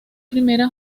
primera